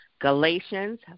Galatians